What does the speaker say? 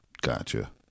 Gotcha